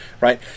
right